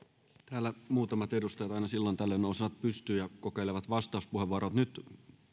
täällä muutamat edustajat aina silloin tällöin nousevat pystyyn ja kokeilevat vastauspuheenvuoroa nyt